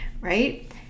Right